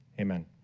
Amen